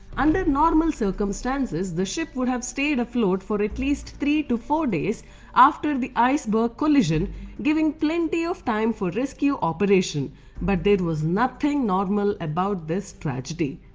under normal circumstances, the ship would have stayed afloat for at least three four days after the ice berg collision giving plenty of time for rescue operation but there was nothing normal about this tragedy.